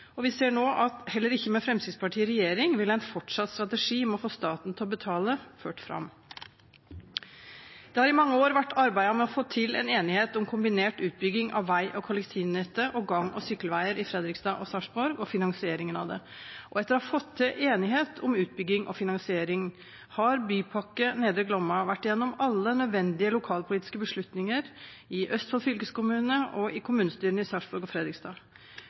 Og vi ser nå at heller ikke med Fremskrittspartiet i regjering, ville en fortsatt strategi med å få staten til å betale ført fram. Det har i mange år vært arbeidet med å få til en enighet om kombinert utbygging av vei- og kollektivnettet og gang- og sykkelveier i Fredrikstad og Sarpsborg og finansieringen av det, og etter å ha fått til enighet om utbygging og finansiering, har Bypakke Nedre Glomma vært gjennom alle nødvendige lokalpolitiske beslutninger, i Østfold fylkeskommune og i kommunestyrene i Sarpsborg og Fredrikstad.